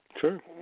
Sure